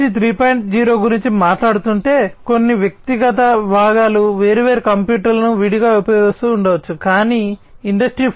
0 గురించి మాట్లాడుతుంటే కొన్ని వ్యక్తిగత భాగాలు వేర్వేరు కంప్యూటర్లను విడిగా ఉపయోగిస్తూ ఉండవచ్చు కానీ ఇండస్ట్రీ 4